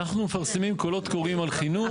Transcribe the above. אנחנו מפרסמים קולות קוראים על חינוך.